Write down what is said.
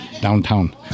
downtown